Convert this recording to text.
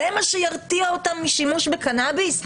זה מה שירתיע אותם משימוש בקנאביס?